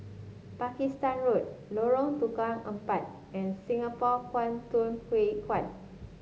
Pakistan Road Lorong Tukang Empat and Singapore Kwangtung Hui Kuan